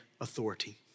authority